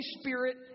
Spirit